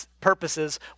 purposes